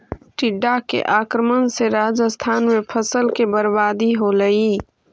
टिड्डा के आक्रमण से राजस्थान में फसल के बर्बादी होलइ